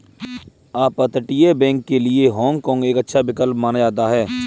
अपतटीय बैंक के लिए हाँग काँग एक अच्छा विकल्प माना जाता है